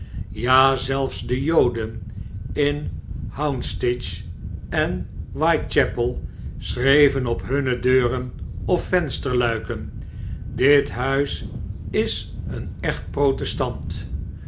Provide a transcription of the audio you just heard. ja zelfs de joden in houndsditch en white chapel schreven op hunne deuren of vensterluiken dit huis is een echt protestant